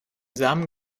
samen